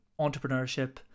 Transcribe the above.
entrepreneurship